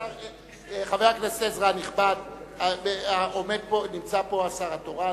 חבר הכנסת עזרא הנכבד, נמצא פה השר התורן.